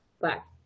Black